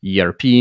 ERP